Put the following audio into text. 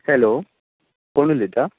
hello कोण उलयता